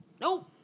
Nope